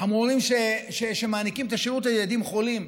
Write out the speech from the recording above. המורים שמעניקים את השירות לילדים חולים,